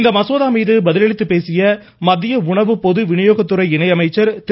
இந்த மசோதா மீது பதில் அளித்து பேசிய மத்திய உணவு பொது விநியோகத்துறை இணையமைச்சர் திரு